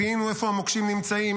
זיהינו איפה המוקשים נמצאים,